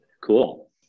Cool